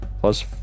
plus